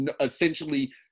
essentially